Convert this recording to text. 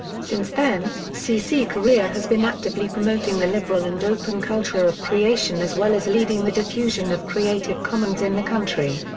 since then, cc korea has been actively promoting the liberal and open culture of creation as well as leading the diffusion of creative commons in the country.